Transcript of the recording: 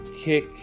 kick